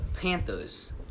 Panthers